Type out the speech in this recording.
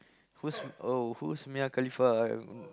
who's oh who's Mia-Khalifa I